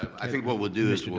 i think what we'll do is, well,